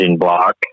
block